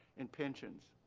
and pensions.